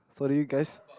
so did you guys